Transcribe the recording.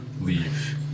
Leave